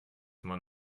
man